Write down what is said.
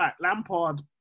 Lampard